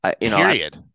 Period